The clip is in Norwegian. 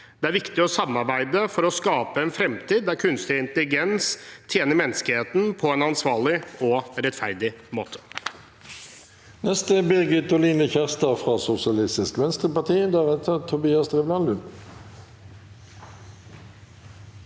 Det er viktig å samarbeide for å skape en fremtid der kunstig intelligens tjener menneskeheten på en ansvarlig og rettferdig måte.